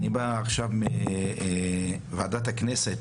אני בא עכשיו מוועדת הכנסת